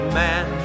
man